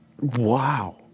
Wow